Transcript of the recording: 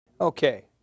Okay